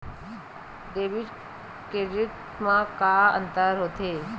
Debit credit मा का अंतर होत हे?